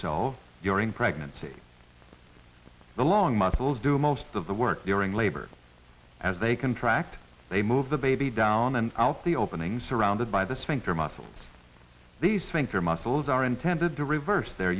sell during pregnancy along muscles do most of the work during labor as they contract they move the baby down and out the openings surrounded by the sphincter muscle these think their muscles are intended to reverse their